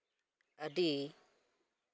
ᱟᱹᱰᱤ